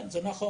כן, זה נכון.